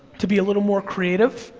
to be a little more creative,